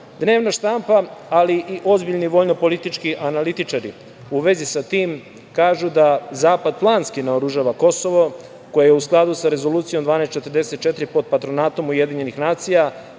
štampa, ali i ozbiljni vojnopolitički analitičari u vezi sa tim kažu da zapad planski naoružava Kosovo koje je u skladu sa Rezolucijom 1244 pod patronatom UN, a